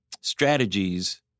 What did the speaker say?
strategies